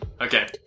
Okay